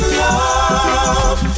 love